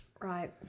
Right